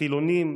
חילונים,